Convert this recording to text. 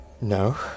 No